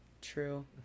True